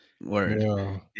Word